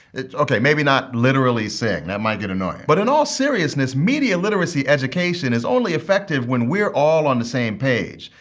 ok, maybe not literally sing. that might get annoying. but in all seriousness, media literacy education is only effective when we're all on the same page.